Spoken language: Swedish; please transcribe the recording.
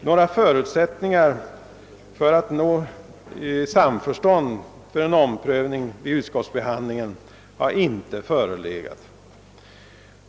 Några förutsättningar för att nå samförstånd för en omprövning vid utskottsbehandlingen har inte förelegat.